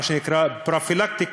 מה שנקרא פרופילקטיקה,